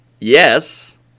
Yes